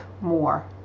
more